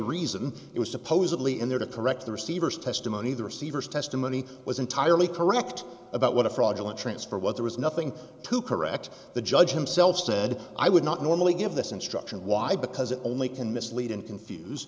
reason it was supposedly in there to correct the receiver's testimony the receiver's testimony was entirely correct about what a fraudulent transfer was there was nothing to correct the judge himself said i would not normally give this instruction why because it only can mislead and confuse